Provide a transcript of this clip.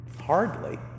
hardly